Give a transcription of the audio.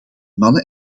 mannen